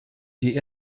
die